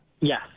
Yes